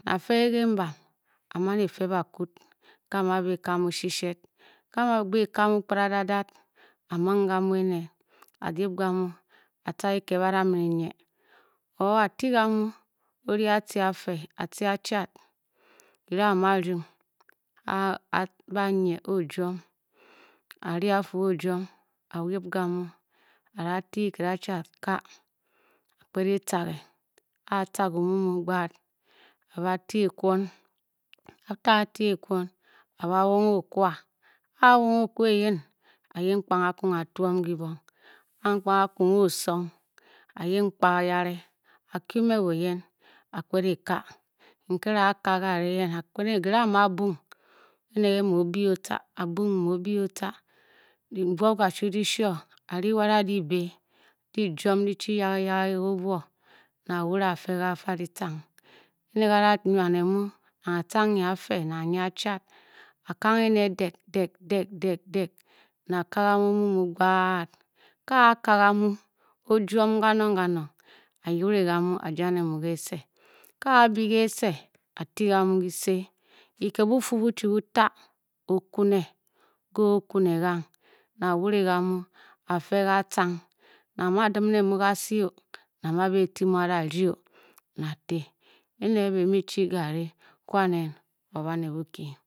Ba pele kem bana ba many fe bakud kanye oba kenye mu shi shed ah nkge nka osong ba ukep npke oyen ba tume le oyen ba pkede ka nthe ba ka oyen nkele a ma pung ne nka emu bei otaar ba karen ore dek dek dek ba ka kamu ne pkad nga ba ka kamu ajum nanng nanong ba yepung kamu ajene mu kese ate namu he se ke ted bofe bochi bo tah bokwe ah boku gar na be nyu be chogarri kwa nen wa baned boki!.